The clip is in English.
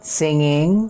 singing